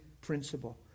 principle